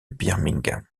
birmingham